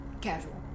casual